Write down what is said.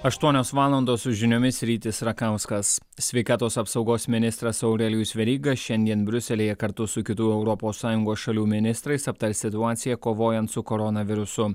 aštuonios valandos su žiniomis r rakauskas sveikatos apsaugos ministras aurelijus veryga šiandien briuselyje kartu su kitų europos sąjungos šalių ministrais aptars situaciją kovojant su koronavirusu